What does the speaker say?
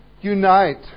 unite